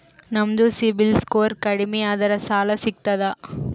ನಮ್ದು ಸಿಬಿಲ್ ಸ್ಕೋರ್ ಕಡಿಮಿ ಅದರಿ ಸಾಲಾ ಸಿಗ್ತದ?